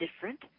different